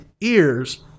ears